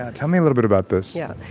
ah tell me a little bit about this yeah.